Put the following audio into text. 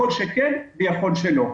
יכול שכן ויכול שלא.